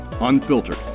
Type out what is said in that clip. unfiltered